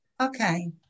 Okay